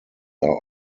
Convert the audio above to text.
are